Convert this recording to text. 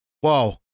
Whoa